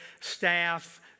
staff